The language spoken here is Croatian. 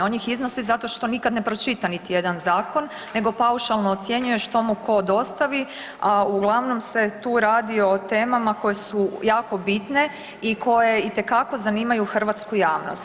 On ih iznosi zato što nikad ne pročita niti jedan zakon nego paušalno ocjenjuje što mu tko dostavi, a uglavnom se tu radi o temama koje su jako bitne i koje itekako zanimaju hrvatsku javnost.